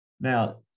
Now